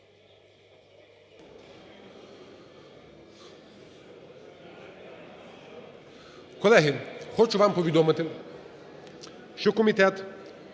Колеги, хочу вам повідомити, що комітет